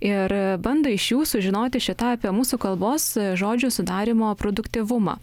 ir bando iš jų sužinoti šį tą apie mūsų kalbos žodžių sudarymo produktyvumą